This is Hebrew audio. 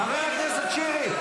חבר הכנסת שירי.